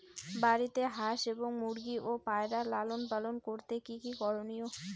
বাড়িতে হাঁস এবং মুরগি ও পায়রা লালন পালন করতে কী কী করণীয়?